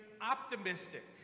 optimistic